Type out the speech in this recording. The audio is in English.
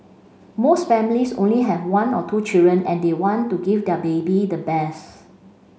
most families only have one or two children and they want to give their baby the best